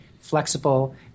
flexible